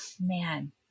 man